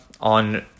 on